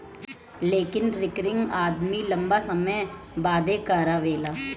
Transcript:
लेकिन रिकरिंग आदमी लंबा समय बदे करावेला